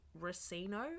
racino